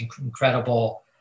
incredible